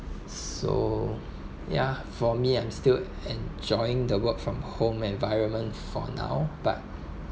so ya for me I'm still enjoying the work from home environment for now but